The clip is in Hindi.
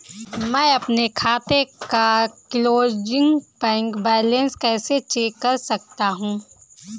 मैं अपने खाते का क्लोजिंग बैंक बैलेंस कैसे चेक कर सकता हूँ?